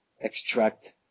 extract